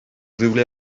rhywle